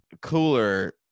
cooler